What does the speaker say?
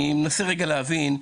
אני מנסה להבין,